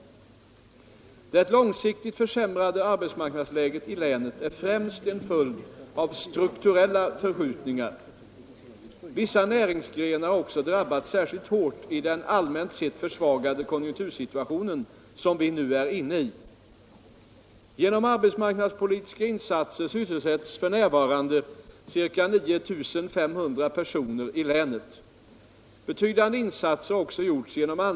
Det långsiktigt försämrade arbetsmarknadsläget i länet är främst en följd av strukturella förskjutningar. Vissa näringsgrenar har också drabbats särskilt hårt i den allmänt sett försvagade konjunktursituation som vi nu är inne i.